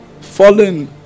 fallen